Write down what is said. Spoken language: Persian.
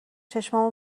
چشامو